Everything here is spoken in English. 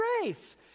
grace